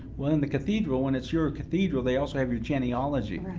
well, in the cathedral when it's your cathedral, they also have your genealogy,